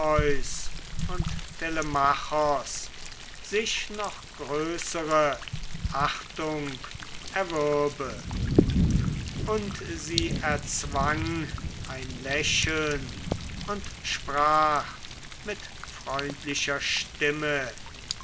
und telemachos sich noch größere achtung erwürbe und sie erzwang ein lächeln und sprach mit freundlicher stimme